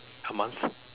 a month